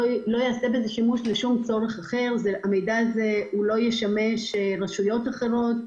לא ייעשה בזה שימוש לשום צורך אחר והוא לא ישמש רשויות אחרות.